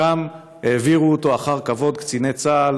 שם העבירו אותו אחר כבוד קציני צה"ל